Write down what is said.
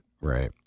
right